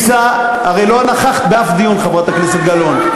הרי לא נכחת באף דיון, חברת הכנסת גלאון.